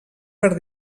per